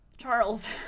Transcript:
Charles